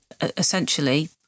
Essentially